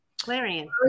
Clarion